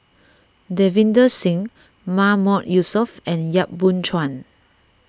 Davinder Singh Mahmood Yusof and Yap Boon Chuan